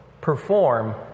perform